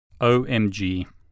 OMG